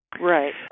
Right